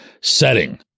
setting